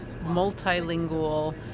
multilingual